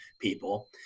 people